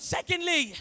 Secondly